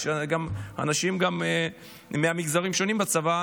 יש גם אנשים ממגזרים שונים בצבא,